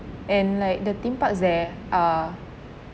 and like the theme parks there are